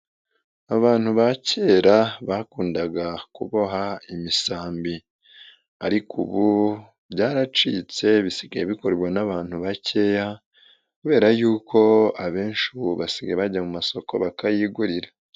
Abantu ba kera bakundaga kuboha imisambi ariko ubu byaracitse bisigaye bikorwa n'abantu bakeya kubera y'uko abenshi ubu basigaye bajya mu masoko bakayigurira.